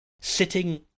sitting